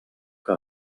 que